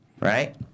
right